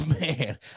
man